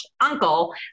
uncle